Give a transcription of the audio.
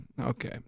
Okay